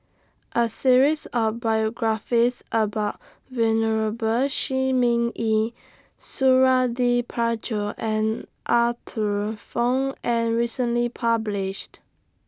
A series of biographies about Venerable Shi Ming Yi Suradi Parjo and Arthur Fong was recently published